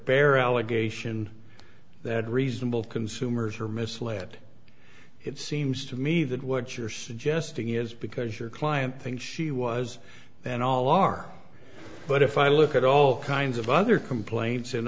bare allegation that reasonable consumers are misled it seems to me that what you're suggesting is because your client think she was and all are but if i look at all kinds of other complaints in